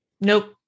Nope